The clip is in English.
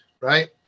right